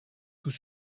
tout